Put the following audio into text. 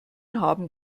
haben